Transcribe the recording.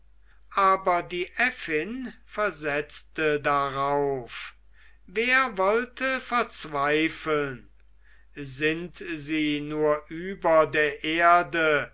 aber die äffin versetzte darauf wer wollte verzweifeln sind sie nur über der erde